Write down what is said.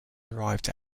arrived